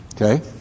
Okay